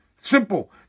simple